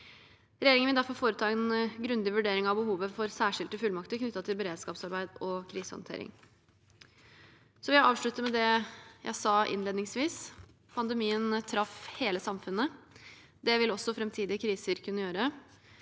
Regjeringen vil derfor nå foreta en grundig vurdering av behovet for særskilte fullmakter knyttet til beredskapsarbeid og krisehåndtering. Jeg vil avslutte med det jeg sa innledningsvis: Pandemien traff hele samfunnet. Det vil også framtidige kriser kunne gjøre.